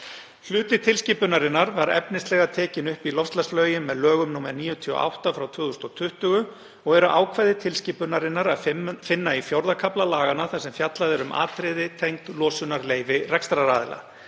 Hluti tilskipunarinnar var efnislega tekin upp í loftslagslögin með lögum nr. 98/2020 og eru ákvæði tilskipunarinnar að finna í IV. kafla laganna þar sem fjallað er um atriði tengd losunarleyfi rekstraraðila.